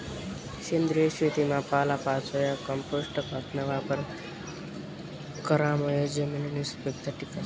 सेंद्रिय शेतीमा पालापाचोया, कंपोस्ट खतना वापर करामुये जमिननी सुपीकता टिकस